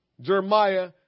Jeremiah